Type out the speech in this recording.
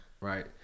Right